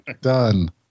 Done